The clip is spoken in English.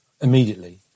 immediately